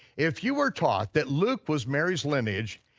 if you were taught that luke was mary's lineage,